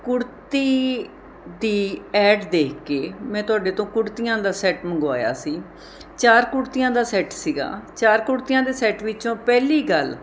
ਕੁੜਤੀ ਦੀ ਐਡ ਦੇਖ ਕੇ ਮੈਂ ਤੁਹਾਡੇ ਤੋਂ ਕੁੜਤੀਆਂ ਦਾ ਸੈਟ ਮੰਗਵਾਇਆ ਸੀ ਚਾਰ ਕੁੜਤੀਆਂ ਦਾ ਸੈਟ ਸੀਗਾ ਚਾਰ ਕੁੜਤੀਆਂ ਦੇ ਸੈਟ ਵਿੱਚੋਂ ਪਹਿਲੀ ਗੱਲ